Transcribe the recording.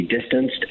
distanced